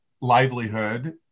livelihood